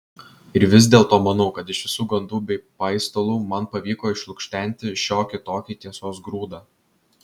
ir vis dėlto manau kad iš visų gandų bei paistalų man pavyko išlukštenti šiokį tokį tiesos grūdą